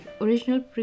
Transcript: original